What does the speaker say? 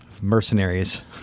mercenaries